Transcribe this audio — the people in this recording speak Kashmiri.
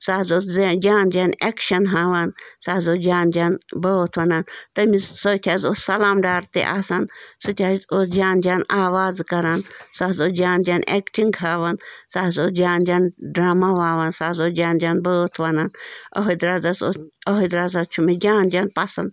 سُہ حظ اوس جان جان ایٚکشَن ہاوان سُہ حظ اوس جان جان بٲتھ وَنان تٔمِس سۭتۍ حظ اوس سلام ڈار تہِ آسان سُتہِ حظ اوس جان جان آوازٕ کَران سُہ حظ اوس جان جان ایٚکٹِنٛگ ہاوان سُہ حظ اوس جان جان ڈرٛامہ واوان سُہ حظ اوس جان جان بٲتھ وَنان أہَدۍ رازَس اوس أہَدۍ راز چھُ مےٚ جان جان پسند